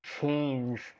change